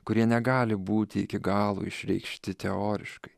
kurie negali būti iki galo išreikšti teoriškai